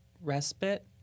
respite